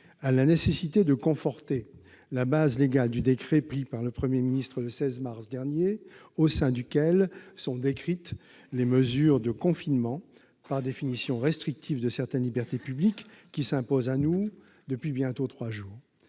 à la nécessité de conforter la base légale du décret pris par le Premier ministre le 16 mars dernier, dans lequel sont décrites les mesures de confinement, par définition restrictives de certaines libertés publiques, qui s'imposent à nous depuis bientôt trois jours.